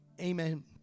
Amen